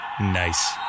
Nice